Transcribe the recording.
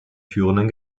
führenden